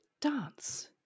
dance